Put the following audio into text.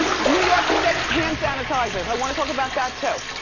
new york state hand sanitizers. i wanna talk about that too.